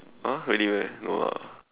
!huh! really meh no lah